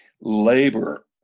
labor